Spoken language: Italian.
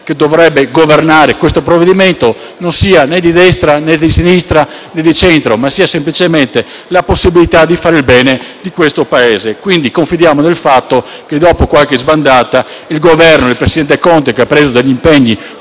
che dovrebbe governare questo provvedimento non sia né di destra, né di sinistra, né di centro ma sia semplicemente la possibilità di fare il bene di questo Paese, quindi confidiamo nel fatto che, dopo qualche sbandata, il Governo e il presidente Conte, che ha preso impegni